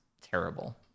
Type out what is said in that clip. terrible